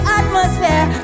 atmosphere